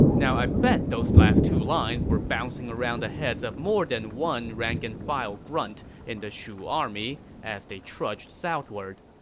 i bet those last two lines were bouncing around the heads of more than one rank-and-file grunt in the shu army as they trudged southward.